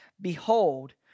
Behold